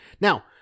Now